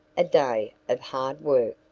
a day of hard work.